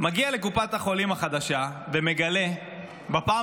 מגיע לקופת החולים החדשה ומגלה בפעם